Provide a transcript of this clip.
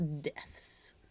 deaths